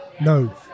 No